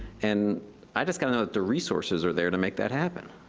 and i just gotta know that the resources are there to make that happen.